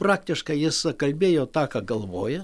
praktiškai jis kalbėjo tą ką galvoja